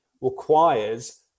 requires